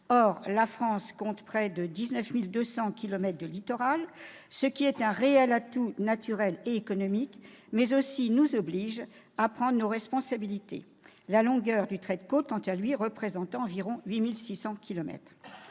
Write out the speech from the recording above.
La France compte près de 19 200 kilomètres de littoral ; c'est un réel atout naturel et économique, mais cela nous oblige aussi à prendre nos responsabilités. La longueur du trait de côte, quant à lui, représente environ 8 600